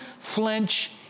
flinch